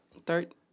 Third